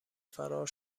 فرار